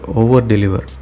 over-deliver